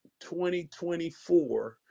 2024